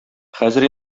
хәзер